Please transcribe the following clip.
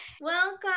Welcome